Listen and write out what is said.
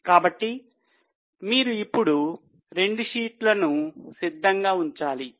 కాబట్టి మీరు ఇప్పుడు రెండు షీట్లను సిద్ధంగా ఉంచాలి